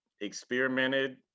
experimented